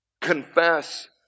confess